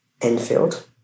Enfield